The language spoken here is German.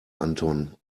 anton